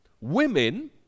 Women